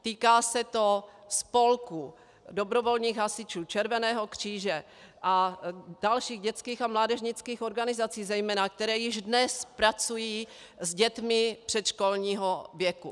Týká se to spolků, dobrovolných hasičů, Červeného kříže a dalších dětských a mládežnických organizací zejména, které již dnes pracují s dětmi předškolního věku.